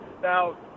Now